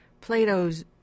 Plato's